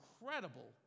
incredible